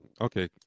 Okay